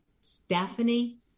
stephanie